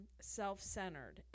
self-centered